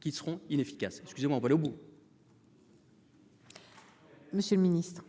qui seront inefficaces, excusez-moi, on va aller au bout. Monsieur le Ministre.